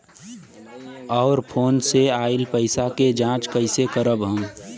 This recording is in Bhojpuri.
और फोन से आईल पैसा के जांच कैसे करब हम?